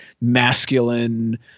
masculine